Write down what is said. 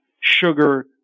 sugar